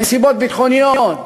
בנסיבות ביטחוניות.